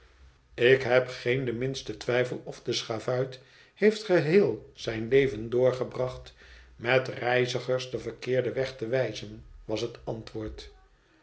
ik heb geen den minsten twijfel of de schavuit heeft geheel zijn leven doorgebracht met reizigers den verkeerden weg te wijzen was het antwoord